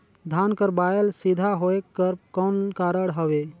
धान कर बायल सीधा होयक कर कौन कारण हवे?